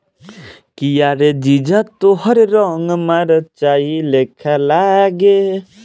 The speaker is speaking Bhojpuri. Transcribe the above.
गेहूं में खाद के मात्रा बढ़ावेला का करी?